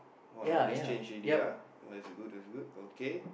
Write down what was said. !wah! nowadays change already ah oh that's good that's good okay